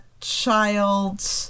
child